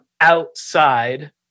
outside